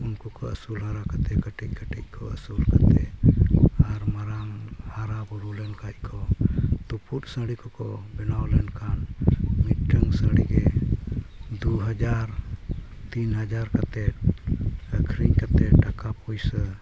ᱩᱱᱠᱩ ᱠᱚ ᱟᱹᱥᱩᱞ ᱦᱟᱨᱟ ᱠᱟᱛᱮᱫ ᱠᱟᱹᱴᱤᱡᱼᱠᱟᱹᱴᱤᱡ ᱠᱷᱚᱡ ᱟᱹᱥᱩᱞ ᱠᱟᱛᱮᱫ ᱟᱨ ᱢᱟᱨᱟᱝ ᱦᱟᱟᱨᱼᱵᱩᱨᱩ ᱞᱮᱱᱠᱷᱟᱡ ᱠᱚ ᱛᱩᱯᱩᱫ ᱥᱟᱺᱰᱤ ᱠᱚᱠᱚ ᱵᱮᱱᱟᱣ ᱞᱮᱱᱠᱷᱟᱱ ᱢᱤᱫᱴᱟᱹᱝ ᱥᱟᱺᱰᱤ ᱜᱮ ᱫᱩ ᱦᱟᱡᱟᱨ ᱛᱤᱱ ᱦᱟᱡᱟᱨ ᱠᱟᱛᱮᱫ ᱟᱹᱠᱷᱟᱨᱤᱧ ᱠᱟᱛᱮᱫ ᱴᱟᱠᱟᱼᱯᱩᱭᱥᱟᱹ